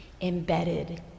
embedded